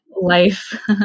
life